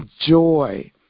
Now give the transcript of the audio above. Joy